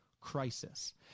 crisis